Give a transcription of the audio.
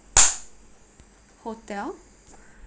hotel